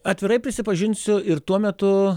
atvirai prisipažinsiu ir tuo metu